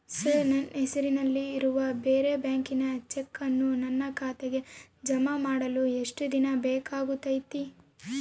Sir ನನ್ನ ಹೆಸರಲ್ಲಿ ಇರುವ ಬೇರೆ ಬ್ಯಾಂಕಿನ ಚೆಕ್ಕನ್ನು ನನ್ನ ಖಾತೆಗೆ ಜಮಾ ಮಾಡಲು ಎಷ್ಟು ದಿನ ಬೇಕಾಗುತೈತಿ?